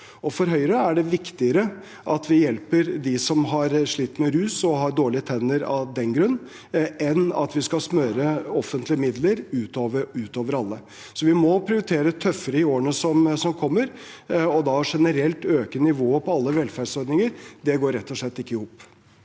For Høyre er det viktigere at vi hjelper dem som har slitt med rus, og som av den grunn har dårlige tenner, enn at vi skal smøre offentlige midler utover alle. Vi må prioritere tøffere i årene som kommer, og det å da øke nivået generelt på alle velferdsordninger går rett og slett ikke i